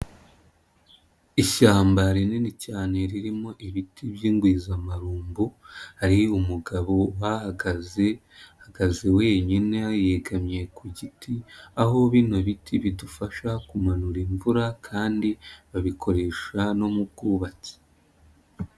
Ishyamba rinini cyane ririmo ibiti by'ingwizamarumbo, hari umugabo uhahagaze wenyine yegamye ku giti, aho bino biti bidufasha kumanura imvura kandi babikoresha no mu bwubatsi